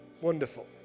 Wonderful